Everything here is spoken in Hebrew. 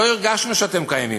לא הרגשנו שאתם קיימים.